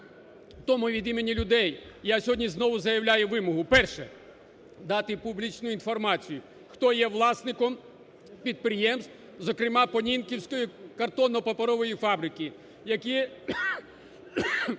Тому від імені людей я сьогодні знову заявляю вимогу. Перше: дати публічну інформацію, хто є власником підприємств, зокрема Понінківської картонно-паперової фабрики, які